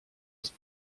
ist